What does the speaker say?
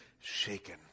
shaken